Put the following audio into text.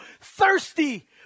thirsty